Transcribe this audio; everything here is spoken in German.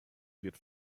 wird